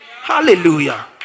Hallelujah